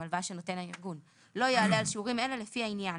לא יעלה על שיעורים אלה לפי העניין.